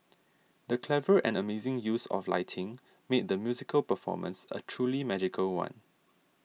the clever and amazing use of lighting made the musical performance a truly magical one